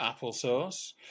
applesauce